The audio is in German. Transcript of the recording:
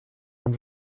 man